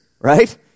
right